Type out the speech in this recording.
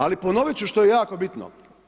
Ali ponovit ću što je jako bitno.